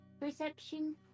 perception